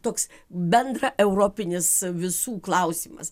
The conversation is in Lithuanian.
toks bendraeuropinis visų klausimas